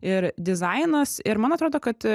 ir dizainas ir man atrodo kad